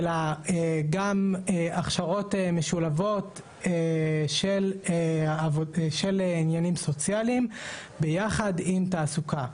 אלא גם הכשרות משולבות של עניינים סוציאליים ביחד עם תעסוקה.